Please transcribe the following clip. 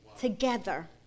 together